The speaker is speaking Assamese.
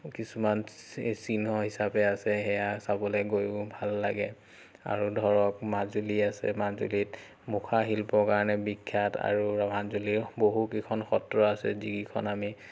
কিছুমান চি চিহ্ন হিচাপে আছে সেয়া চাবলৈ গৈয়ো ভাল লাগে আৰু ধৰক মাজুলী আছে মাজুলীত মুখা শিল্পৰ কাৰণে বিখ্যাত আৰু ৰহাঞ্জলি বহুকেইখন সত্ৰ আছে যিকিখন আমি